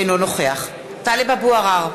אינו נוכח טלב אבו עראר,